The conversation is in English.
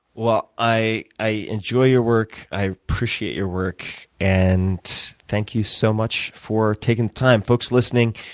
well, i i enjoy your work, i appreciate your work, and thank you so much for taking the time. folks listening,